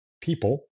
people